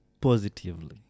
positively